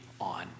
on